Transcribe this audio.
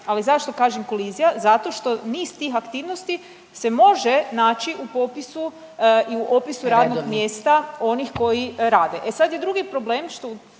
Ali zašto kažem kolizija, zato što niz tih aktivnosti se može naći u popisu i u opisu radnog mjesta onih koji rade. E sada je drugi problem što